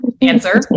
answer